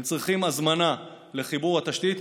הם צריכים הזמנה לחיבור התשתית,